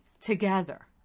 together